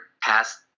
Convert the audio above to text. past